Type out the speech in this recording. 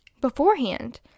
beforehand